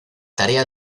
tarea